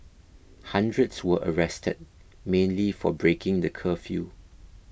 hundreds were arrested mainly for breaking the curfew